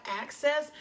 access